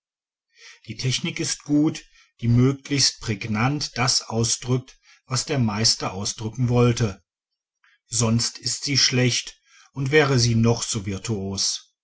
die technik ist gut die möglichst prägnant das ausdrückt was der meister ausdrücken wollte sonst ist sie schlecht und wäre sie noch so virtuos